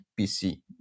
PC